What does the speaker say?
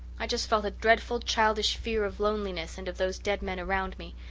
i just felt a dreadful childish fear of loneliness and of those dead men around me,